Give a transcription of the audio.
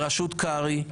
בראשות קרעי,